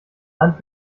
land